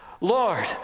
Lord